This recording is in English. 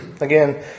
Again